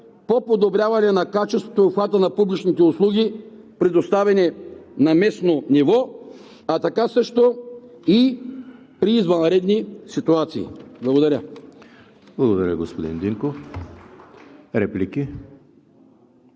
по подобряване на качеството и обхвата на публичните услуги, предоставени на местно ниво, а така също и при извънредни ситуации. Благодаря. (Ръкопляскания от „БСП